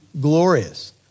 glorious